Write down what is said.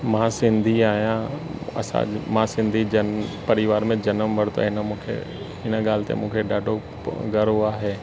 मां सिंधी आहियां असांजो मां सिंधी जन्म परिवार में जनमु वरितो हिन मूंखे हिन ॻाल्हि ते मूंखे ॾाढो प गर्व आहे